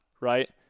right